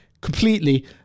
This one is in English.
completely